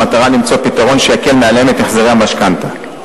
במטרה למצוא פתרון שיקל עליהם את החזרי המשכנתה.